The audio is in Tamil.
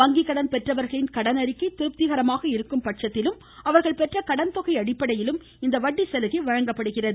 வங்கிக்கடன் பெற்றவர்களின் கடன் அறிக்கை திருப்திகரமாக இருக்கும் பட்சத்திலும் அவர்கள் பெற்ற கடன்தொகை அடிப்படையிலும் இந்த வட்டி சலுகை வழங்கப்படுகிறது